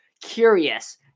curious